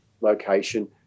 location